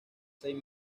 seis